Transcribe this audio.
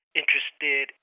interested